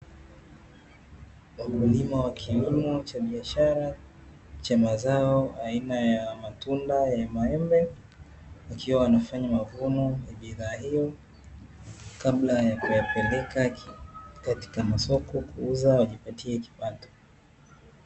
Wakulima wa kilimo cha biashara cha mazao aina ya matunda ya maembe, ikiwa anafanya mavuno ya bidhaa hiyo kabla ya kupelekwa katika masoko kuuzwa na kujipatia kipato.